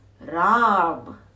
Ram